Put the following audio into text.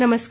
नमस्कार